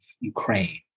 ukraine